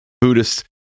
Buddhists